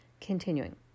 Continuing